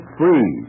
free